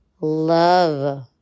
love